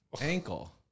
ankle